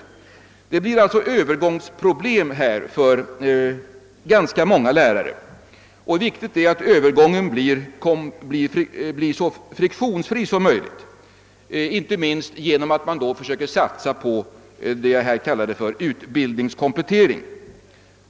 Det uppkommer alltså övergångsproblem för ganska många lärare, och det är viktigt att övergången göres så friktionsfri som möjligt, vilket inte minst förutsätter att man satsar på vad jag kallat utbildningskomplettering.